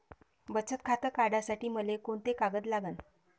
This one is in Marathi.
बचत खातं काढासाठी मले कोंते कागद लागन?